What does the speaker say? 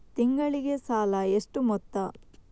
ತಿಂಗಳಿಗೆ ಸಾಲ ಎಷ್ಟು ಮೊತ್ತ?